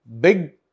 Big